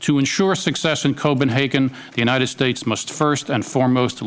to ensure success in copenhagen the united states must first and foremost